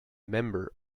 member